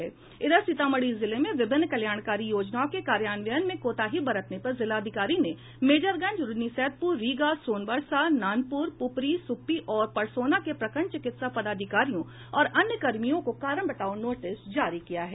सीतामढ़ी जिले में विभिन्न कल्याणकारी योजनाओं के कार्यान्वयन में कोताही बरतने पर जिलाधिकारी ने मेजरगंज रून्नी सैदपुर रीगा सोनवर्षा नानपुर पुपरी सुप्पी और परसौनी के प्रखंड चिकित्सा पाधिकारियों और अन्य कर्मियों को कारण बताओ नोटिस जारी किया है